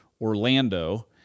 Orlando